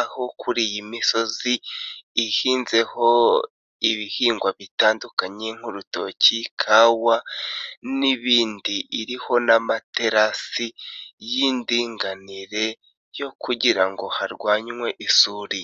aho kuri iyi misozi ihinzeho ibihingwa bitandukanye nk'urutoki, kawa, n'ibindi iriho n'amaterasi y'indinganire yo kugira ngo harwanywe isuri.